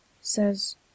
says